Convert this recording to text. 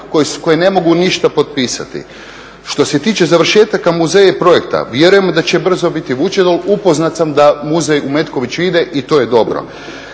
koji ne mogu ništa potpisati. Što se tiče završetaka muzeja i projekata, vjerujemo da će brzo biti Vučedol, upoznat sam da muzej u Metkoviću ide i to je dobro.